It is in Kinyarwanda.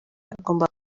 agomba